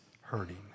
hurting